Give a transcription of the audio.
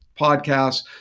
podcasts